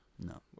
No